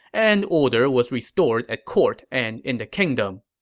and order was restored at court and in the kingdom